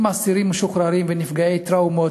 עם אסירים משוחררים ונפגעי טראומות,